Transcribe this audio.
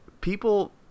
people –